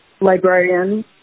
librarian